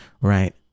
right